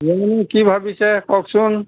কি ভাবিছে কওকচোন